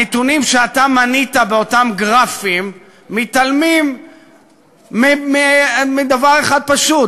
הנתונים שאתה מנית באותם גרפים מתעלמים מדבר אחד פשוט.